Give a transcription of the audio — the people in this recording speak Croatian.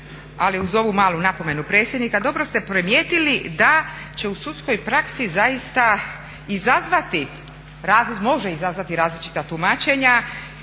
Ali uz ovu malu napomenu predsjednika dobro ste primijetili da će u sudskoj praksi zaista izazvati, može izazvati različita tumačenja